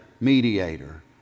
mediator